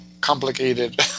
complicated